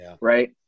right